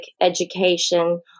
education